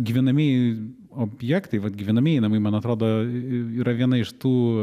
gyvenamieji objektai vat gyvenamieji namai man atrodo yra viena iš tų